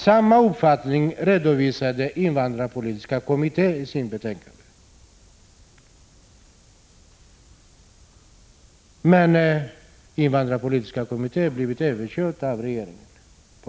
Samma uppfattning redovisade invandrarpolitiska kommittén i sitt betänkande, men kommittén blev på den punkten överkörd av regeringen.